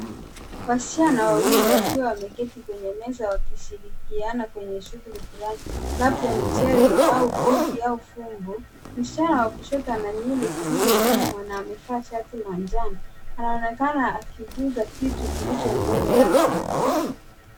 Wasichana wawili wakiwa wameketi kwenye meza wakishirikiana kwenye shughuli fulani, labda mchezo au bodi au fumbo. Msichana wa kushoto ana nywele zilizofungwa na amevaa shati manjano. Anaonekana akigusa kitu kilicho mbele yake .